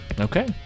okay